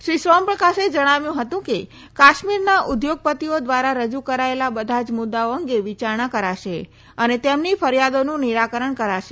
શ્રી સોમપ્રકાશે જણાવ્યું હતું કે કાશ્મીરના ઉદ્યોગપતિઓ દ્વારા રજૂ કરાયેલા બધા જ મુદ્દાઓ અંગે વિચારણા કરાશે અને તેમની ફરિયાદોનું નિરાકરણ કરાશે